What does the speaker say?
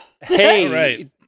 Hey